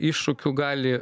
iššūkių gali